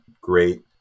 great